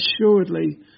assuredly